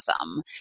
awesome